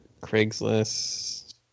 Craigslist